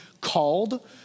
called